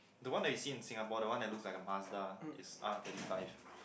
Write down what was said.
the one that you seen in Singapore the one it look like a Mazda is R thirty five